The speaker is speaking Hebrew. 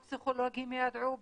הפסיכולוגים ידעו,